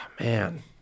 Man